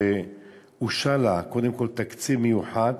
שאושר לה קודם כול תקציב מיוחד